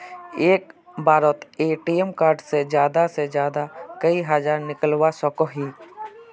एक बारोत ATM card से ज्यादा से ज्यादा कई हजार निकलवा सकोहो ही?